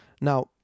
Now